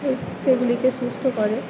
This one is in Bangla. সেগুলিকে সুস্থ করে